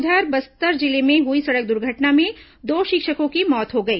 उधर बस्तर जिले में हुई सड़क दुर्घटना में दो शिक्षकों की मौत हो गई